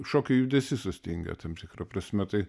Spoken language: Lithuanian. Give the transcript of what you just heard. šokio judesy sustingę tam tikra prasme tai